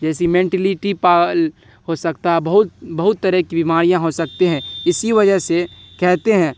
جیسی مینٹلٹی پاگل ہو سکتا ہے بہت بہت طرح کی بیماریاں ہو سکتے ہیں اسی وجہ سے کہتے ہیں